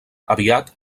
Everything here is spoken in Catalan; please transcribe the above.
aviat